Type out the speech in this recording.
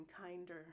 kinder